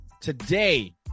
today